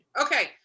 Okay